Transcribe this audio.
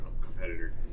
competitor